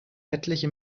etliche